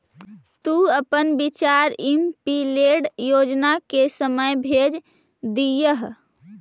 तु अपन विचार एमपीलैड योजना के समय भेज दियह